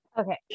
Okay